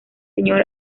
señor